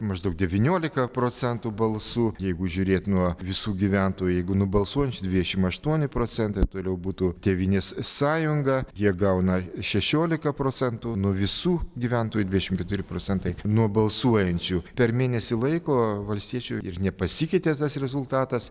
maždaug devyniolika procentų balsų jeigu žiūrėt nuo visų gyventojų jeigu nuo balsuojančių dvidešim aštuoni procentai toliau būtų tėvynės sąjunga jie gauna šešiolika procentų nuo visų gyventojų dvidešim keturi procentai nuo balsuojančių per mėnesį laiko valstiečių ir nepasikeitė tas rezultatas